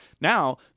now